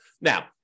Now